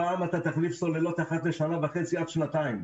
הפעם אתה תחליף סוללות אחת לשנה וחצי עד שנתיים.